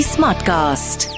Smartcast